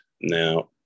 Now